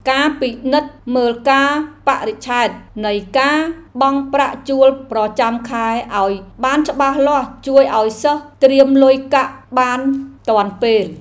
ការពិនិត្យមើលកាលបរិច្ឆេទនៃការបង់ប្រាក់ជួលប្រចាំខែឱ្យបានច្បាស់លាស់ជួយឱ្យសិស្សត្រៀមលុយកាក់បានទាន់ពេល។